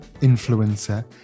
influencer